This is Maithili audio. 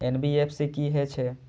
एन.बी.एफ.सी की हे छे?